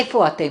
איפה אתם?